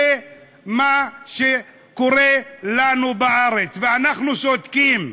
זה מה שקורה לנו בארץ, ואנחנו שותקים.